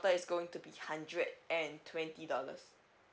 shelter is going to be hundred and twenty dollars